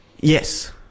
yes